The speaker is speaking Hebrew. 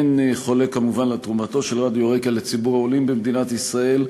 אין חולק כמובן על תרומתו של רדיו רק"ע לציבור העולים במדינת ישראל,